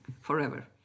forever